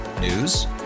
News